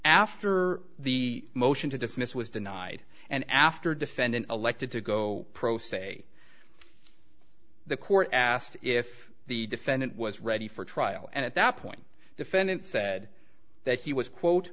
after the motion to dismiss was denied and after defendant elected to go pro se the court asked if the defendant was ready for trial and at that point defendant said that he was quote